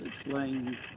explain